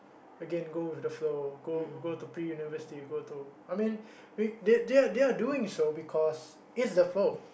again go with the flow go go to pre-university go to I mean we they they they are doing so because it's the flow